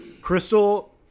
Crystal